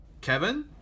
Kevin